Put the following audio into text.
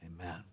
amen